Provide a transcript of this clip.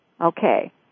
Okay